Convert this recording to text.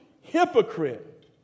hypocrite